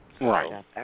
Right